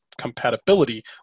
compatibility